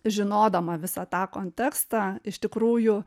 žinodama visą tą kontekstą iš tikrųjų